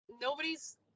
nobody's